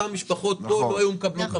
אותן משפחות לא היו מקבלות --- נכון.